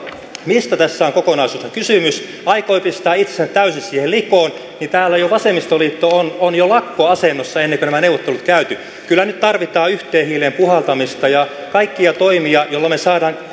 mistä tässä on kokonaisuutena kysymys aikoi pistää siinä itsensä täysin likoon niin täällä vasemmistoliitto on lakkoasennossa jo ennen kuin nämä neuvottelut on käyty kyllä nyt tarvitaan yhteen hiileen puhaltamista ja kaikkia toimia joilla me saamme